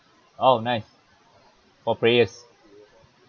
oh nice for prayers